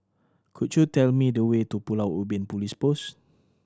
could you tell me the way to Pulau Ubin Police Post